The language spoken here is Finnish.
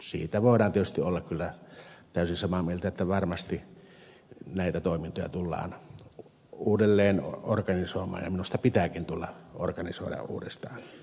siitä voidaan tietysti olla kyllä täysin samaa mieltä että varmasti näitä toimintoja tullaan uudelleenorganisoimaan ja minusta pitääkin organisoida uudestaan